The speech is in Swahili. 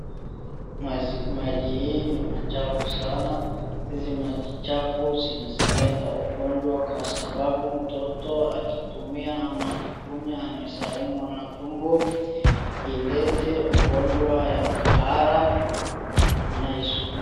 Maji hii ni machafu sana. Hizi maji chafu zinaweza leta ugonjwa kwa sababu mtoto akitumia ama akikunywa anaweza umwa na tumbo, ilete ugonjwa ya kuhara na isumbue.